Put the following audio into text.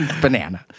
banana